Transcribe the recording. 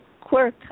quirk